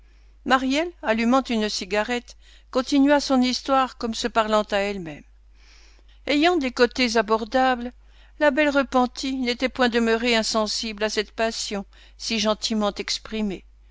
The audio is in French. maryelle allumant une cigarette continua son histoire comme se parlant à elle-même ayant des côtés abordables la belle repentie n'était point demeurée insensible à cette passion si gentiment exprimée